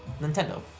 Nintendo